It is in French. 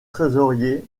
trésorier